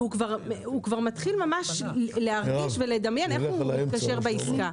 והוא כבר מתחיל ממש להרגיש ולדמיין איך הוא מתקשר בעסקה.